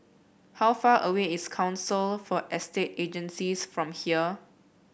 how far away is Council for Estate Agencies from here